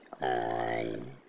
on